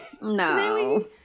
No